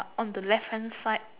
on the left hand side